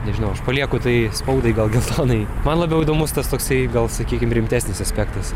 nežinau aš palieku tai spaudai gal geltonai man labiau įdomus tas toksai gal sakykim rimtesnis aspektas